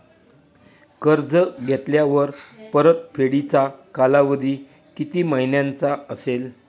कर्ज घेतल्यावर परतफेडीचा कालावधी किती महिन्यांचा असेल?